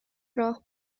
راه